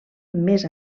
més